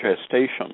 gestation